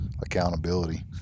accountability